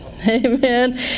Amen